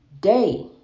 day